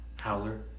Howler